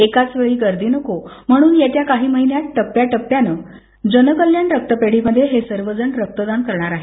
एकाच वेळी गर्दी नको म्हणून येत्या काही महिन्यात टप्प्या टप्प्यानं जन कल्याण रक्त पेढीमध्ये हे सार्वजन रक्तदान करणार आहेत